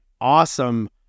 awesome